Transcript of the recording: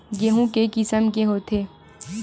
गेहूं के किसम के होथे?